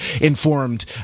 informed